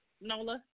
Nola